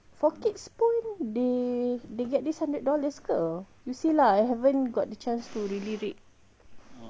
for kids one they they get this hundred dollars ke you see lah I haven't got the chance to redeem it